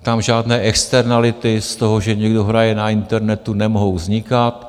Tam žádné externality z toho, že někdo hraje na internetu, nemohou vznikat.